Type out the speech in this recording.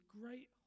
great